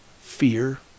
fear